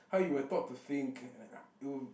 how you were thought to think